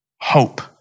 Hope